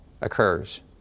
occurs